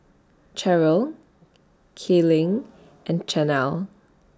Cheryle Kayleigh and Chanelle